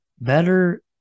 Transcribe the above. better